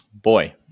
Boy